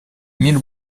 мир